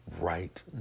right